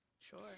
Sure